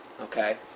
Okay